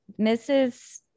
mrs